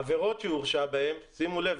העבירות שהוא הורשע בהן שימו לב,